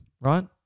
right